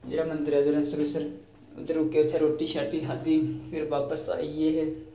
जेह्ड़ा मंदिर ऐ सरूईंसर ते उत्थें रुके ते उत्थें रुट्टी शुट्टी खाद्धी फिर बापस आई गे हे